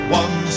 one